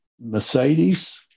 Mercedes